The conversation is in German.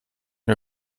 mir